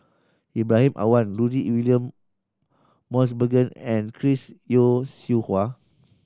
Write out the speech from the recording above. Ibrahim Awang Rudy William Mosbergen and Chris Yeo Siew Hua